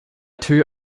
two